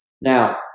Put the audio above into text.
Now